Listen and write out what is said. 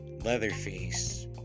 Leatherface